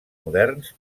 moderns